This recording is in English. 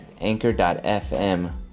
anchor.fm